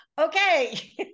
okay